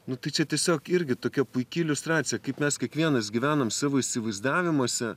nu tai čia tiesiog irgi tokia puiki iliustracija kaip mes kiekvienas gyvenam savo įsivaizdavimuose